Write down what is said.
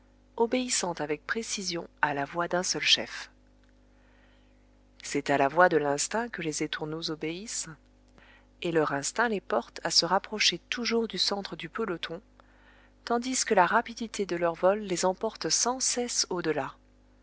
obéissant avec précision à la voix d'un seul chef c'est à la voix de l'instinct que les étourneaux obéissent et leur instinct les porte à se rapprocher toujours du centre du peloton tandis que la rapidité de leur vol les emporte sans cesse